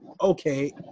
okay